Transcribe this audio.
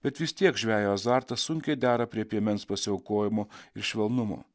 bet vis tiek žvejo azartas sunkiai dera prie piemens pasiaukojimo ir švelnumo